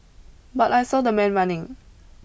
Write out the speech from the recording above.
but I saw the man running